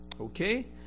Okay